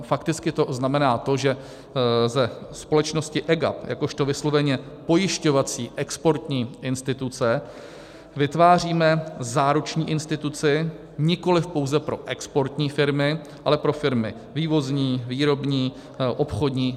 Fakticky to znamená to, že ze společnosti EGAP jakožto vysloveně pojišťovací exportní instituce vytváříme záruční instituci nikoliv pouze pro exportní firmy, ale pro firmy vývozní, výrobní, obchodní.